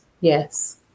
Yes